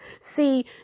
See